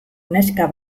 neska